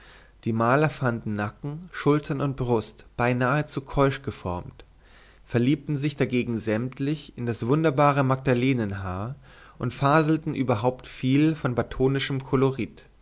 die maler fanden nacken schultern und brust beinahe zu keusch geformt verliebten sich dagegen sämtlich in das wunderbare magdalenenhaar und faselten überhaupt viel von battonischem kolorit